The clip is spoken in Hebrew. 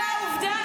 כמה רוע לב.